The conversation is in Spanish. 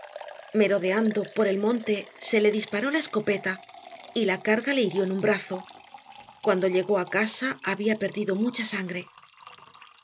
merodeando por el monte se le disparó la escopeta y la carga le hirió en un brazo cuando llegó a casa había perdido mucha sangre